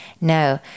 No